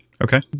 Okay